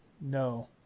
No